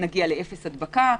שנגיע לאפס הדבקה.